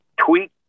tweak